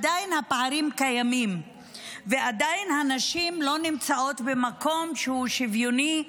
עדיין הפערים קיימים ועדיין הנשים לא נמצאות במקום שהוא שוויוני,